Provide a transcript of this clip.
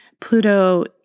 Pluto